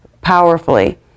powerfully